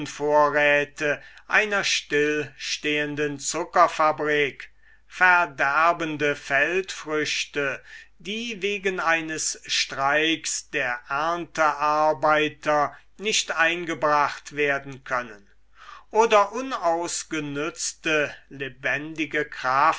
rübenvorräte einer stillstehenden zuckerfabrik verderbende feldfrüchte die wegen eines streiks der erntearbeiter nicht eingebracht werden können oder unausgenützte lebendige